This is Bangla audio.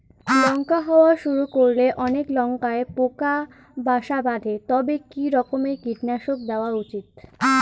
লঙ্কা হওয়া শুরু করলে অনেক লঙ্কায় পোকা বাসা বাঁধে তবে কি রকমের কীটনাশক দেওয়া উচিৎ?